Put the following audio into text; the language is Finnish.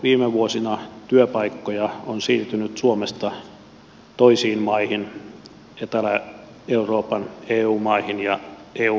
viime vuosina työpaikkoja on siirtynyt suomesta toisiin maihin etelä euroopan eu maihin ja eun ulkopuolelle